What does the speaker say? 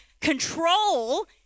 control